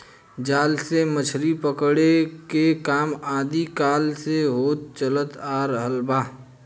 जाल से मछरी पकड़े के काम आदि काल से होत चलत आ रहल बा